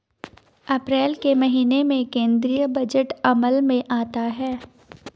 अप्रैल के महीने में केंद्रीय बजट अमल में आता है